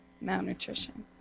malnutrition